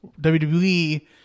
wwe